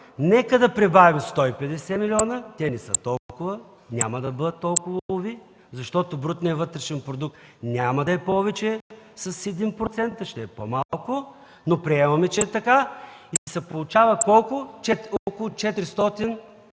Нека да прибавим 150 милиона – те не са толкова, няма да бъдат толкова уви, защото брутният вътрешен продукт няма да е повече с 1%, а ще е по-малко, но приемаме, че е така. Получава се – около 420 милиона